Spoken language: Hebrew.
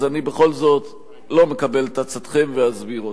אז אני בכל זאת לא מקבל את עצתכם ואסביר אותם.